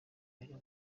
biri